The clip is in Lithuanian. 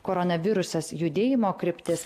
koronavirusas judėjimo kryptis